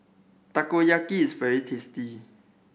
takoyaki is very tasty